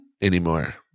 anymore